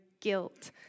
guilt